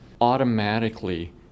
automatically